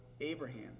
Abraham